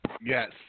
Yes